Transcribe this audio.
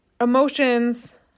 emotions